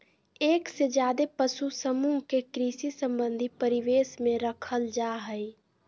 एक से ज्यादे पशु समूह के कृषि संबंधी परिवेश में रखल जा हई